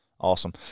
Awesome